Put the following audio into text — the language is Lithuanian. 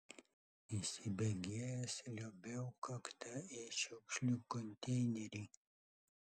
įsibėgėjęs liuobiau kakta į šiukšlių konteinerį